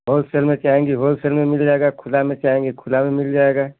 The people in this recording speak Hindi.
होलसेल में चाहेंगी होलसेल में मिल जायेगा खुला में चाहेंगी खुला भी मिल जायेगा